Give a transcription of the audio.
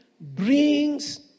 brings